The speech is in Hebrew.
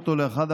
אבל לא,